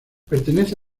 pertenece